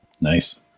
Nice